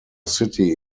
city